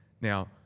Now